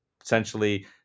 essentially